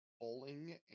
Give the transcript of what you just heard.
bowling